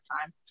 time